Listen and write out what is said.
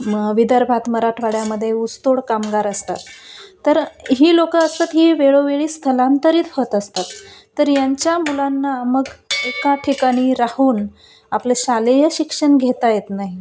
म विदर्भात मराठवाड्यामध्ये ऊसतोड कामगार असतात तर ही लोकं असतात ही वेळोवेळी स्थलांतरीत होत असतात तर यांच्या मुलांना मग एका ठिकाणी राहून आपलं शालेय शिक्षण घेता येत नाही